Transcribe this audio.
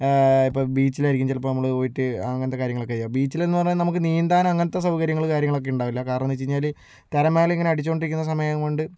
ഇപ്പോൾ ബീച്ചിലാരിക്കും ചിലപ്പം നമ്മള് പോയിട്ട് അങ്ങനത്തെ കാര്യങ്ങളൊക്കെ ചെയ്യുക ബീച്ചിലെന്ന് പറയുമ്പോൾ നമുക്ക് നീന്താന് അങ്ങനത്തെ സൗകര്യങ്ങള് കാര്യങ്ങള് ഒക്കെ ഉണ്ടാവില്ല കാരണം എന്ന് വെച്ചാല് തിരമാല ഇങ്ങനെ ഒക്കെ അടിച്ചു കൊണ്ടിരിക്കുന്ന സമയമായതുകൊണ്ട്